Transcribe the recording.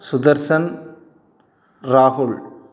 சுதர்சன் ராகுல்